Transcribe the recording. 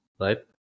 Right